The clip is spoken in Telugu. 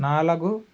నాలుగు